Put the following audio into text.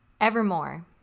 evermore